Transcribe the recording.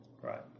Right